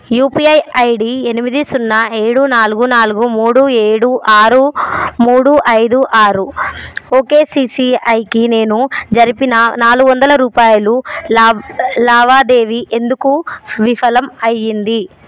UPI ID ఎనిమిది సున్నా ఏడు నాలుగు నాలుగు మూడు ఏడు ఆరు మూడు ఐదు ఆరు ఓకేసిసిఐకి నేను జరిపిన నాలుగు వందల రూపాయల లా లావాదేవీ ఎందుకు విఫలం అయ్యింది